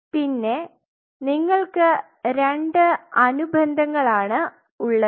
പിന്നെ നിങ്ങൾക് 2 അനുബന്ധങ്ങളാണ് ഉള്ളത്